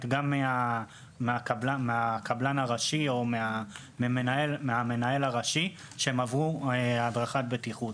גם מן הקבלן הראשי או מן המנהל הראשי שהם עברו הדרכת בטיחות.